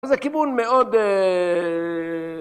זה כיוון מאוד...